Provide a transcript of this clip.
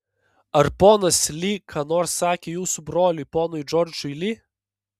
ar ponas li ką nors sakė jūsų broliui ponui džordžui li